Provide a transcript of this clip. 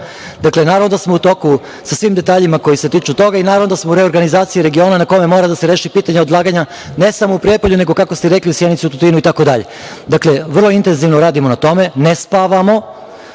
naravno da smo u toku sa svim detaljima koji se tiču toga i, naravno, da smo u reorganizaciji regiona na kome mora da se reši pitanje odlaganja, ne samo u Prijepolju, nego, kako ste i rekli, u Sjenici, Tutinu itd. Vrlo intenzivno radimo na tome, ne spavamo,